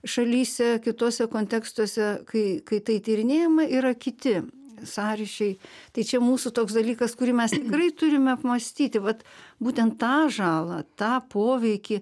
šalyse kituose kontekstuose kai kai tai tyrinėjama yra kiti sąryšiai tai čia mūsų toks dalykas kurį mes tikrai turime apmąstyti vat būtent tą žalą tą poveikį